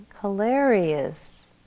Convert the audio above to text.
hilarious